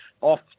off